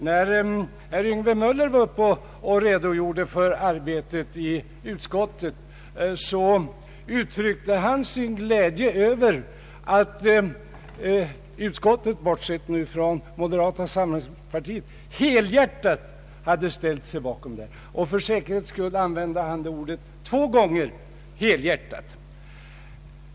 När herr Yngve Möller redogjorde för arbetet i utskottet, uttryckte han sin glädje över att utskottet bortsett från representanterna från moderata samlingspartiet helhjärtat hade ställt sig bakom förslaget — för säkerhets skull använde han ordet ”helhjärtat” två gånger.